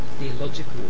theological